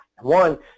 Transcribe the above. One